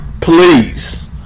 Please